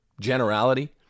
generality